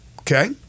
Okay